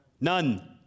none